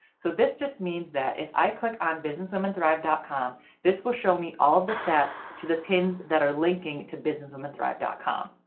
so this just means that if i click on businesswomenthrive dot com this will show me all the stats to the pins that are linking to businesswomenthrive com.